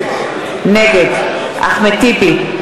נגד אחמד טיבי,